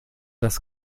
das